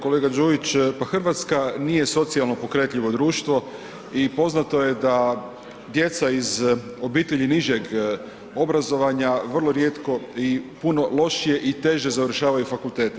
Kolega Đujić, pa Hrvatska nije socijalno pokretljivo društvo i poznato je da djeca iz obitelj nižeg obrazovanja vrlo rijetko i puno lošije i teže završavaju fakultete.